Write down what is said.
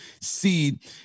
seed